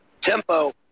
Tempo